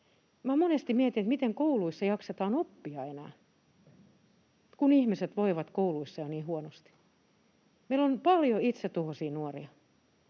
monesti mietin, miten kouluissa jaksetaan oppia enää, kun ihmiset voivat jo kouluissa niin huonosti. Meillä on paljon itsetuhoisia nuoria,